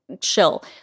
chill